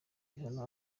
ibihano